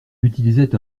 utilisait